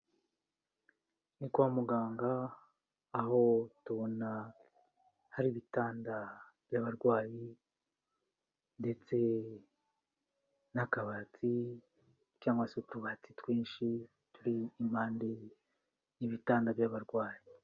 Ni kwa muganga aho tubona hari ibitanda by'abarwayi ndetse n'akabati cyangwa se utubati twinshi turi impande y'ibitanda by'abarwayi.